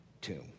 tomb